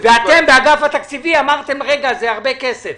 ואתם באגף התקציבים אמרתם, רגע, זה הרבה כסף.